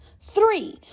Three